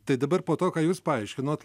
tai dabar po to ką jūs paaiškinot